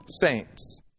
saints